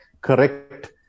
correct